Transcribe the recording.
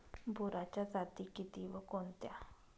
बोराच्या जाती किती व कोणत्या?